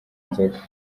inzoga